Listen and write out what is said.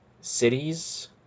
cities